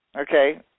Okay